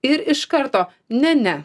ir iš karto ne ne